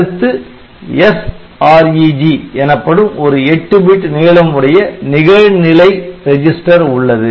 அடுத்து SREG எனப்படும் ஒரு 8 பிட் நீளம் உடைய நிகழ் நிலை ரெஜிஸ்டர் உள்ளது